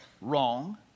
wrong